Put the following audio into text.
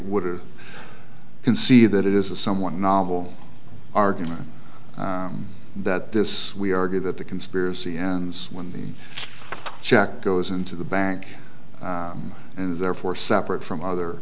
would or can see that it is a somewhat novel argument that this we argue that the conspiracy ends when the check goes into the bank and is therefore separate from other